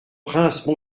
prince